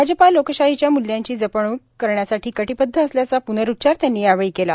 भाजपा लोकशाहीच्या म्ल्यांची जपवणूक करण्यासाठी कटिबद्व असल्याचा पूनरूच्चार त्यांनी यावेळी केला